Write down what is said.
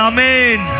Amen